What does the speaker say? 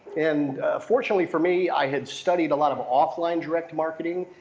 and fortunately for me, i had studied a lot of offline direct marketing.